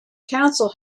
council